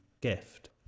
gift